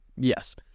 Yes